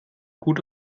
gut